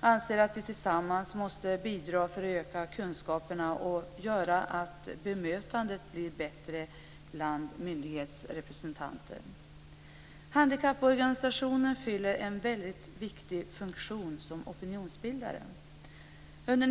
anser att vi tillsammans måste bidra till att öka kunskaperna och se till att bemötandet blir bättre från myndighetsrepresentanten. Handikapporganisationer fyller en väldigt viktig funktion som opinionsbildare.